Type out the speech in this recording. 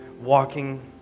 walking